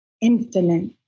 infinite